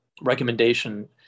recommendation